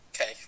Okay